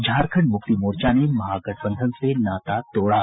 झारखंड मुक्ति मोर्चा ने महागठबंधन से नाता तोड़ा